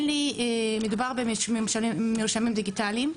מדובר במרשמים דיגיטליים,